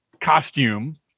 costume